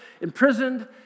imprisoned